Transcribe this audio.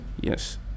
Yes